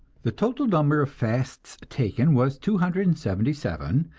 the total number of fasts taken was two hundred and seventy seven,